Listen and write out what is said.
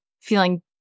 feeling